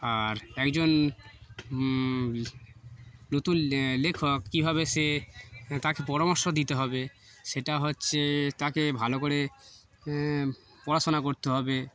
আর একজন নতুন লেখক কীভাবে সে তাকে পরামর্শ দিতে হবে সেটা হচ্ছে তাকে ভালো করে পড়াশোনা করতে হবে